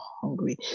hungry